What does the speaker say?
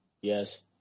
Yes